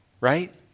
Right